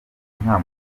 nta